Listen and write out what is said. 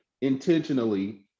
intentionally